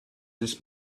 this